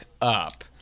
up